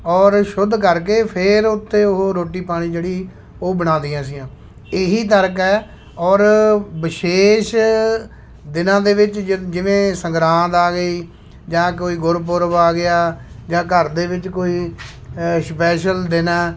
ਔਰ ਸ਼ੁੱਧ ਕਰਕੇ ਫਿਰ ਉੱਥੇ ਉਹ ਰੋਟੀ ਪਾਣੀ ਜਿਹੜੀ ਉਹ ਬਣਾਉਂਦੀਆਂ ਸੀਆਂ ਇਹੀ ਤਰਕ ਹੈ ਔਰ ਵਿਸ਼ੇਸ਼ ਦਿਨਾਂ ਦੇ ਵਿੱਚ ਜਿ ਜਿਵੇਂ ਸੰਗਰਾਂਦ ਆ ਗਈ ਜਾਂ ਕੋਈ ਗੁਰਪੁਰਬ ਆ ਗਿਆ ਜਾਂ ਘਰ ਦੇ ਵਿੱਚ ਕੋਈ ਸਪੈਸ਼ਲ ਦਿਨ